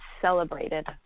celebrated